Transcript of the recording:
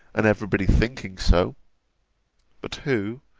and every body thinking so but who,